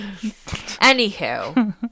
Anywho